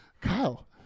Kyle